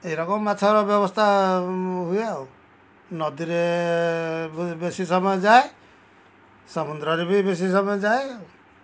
ଏ ରକମର ମାଛର ବ୍ୟବସ୍ଥା ହୁଏ ଆଉ ନଦୀରେ ବେଶୀ ସମୟ ଯାଏ ସମୁଦ୍ରରେ ବି ବେଶୀ ସମୟ ଯାଏ ଆଉ